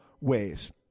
ways